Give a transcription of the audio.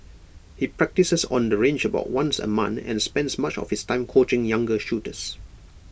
he practises on the range about once A month and spends much of his time coaching younger shooters